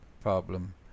problem